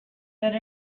that